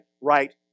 right